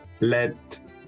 let